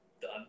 done